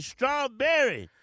Strawberry